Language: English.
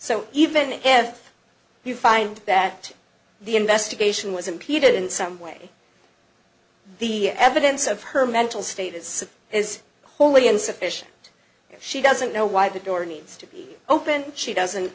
so even if you find that the investigation was impeded in some way the evidence of her mental state is suppose is wholly insufficient she doesn't know why the door needs to be open she doesn't